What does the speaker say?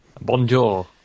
Bonjour